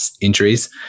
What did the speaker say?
injuries